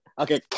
Okay